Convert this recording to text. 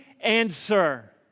answer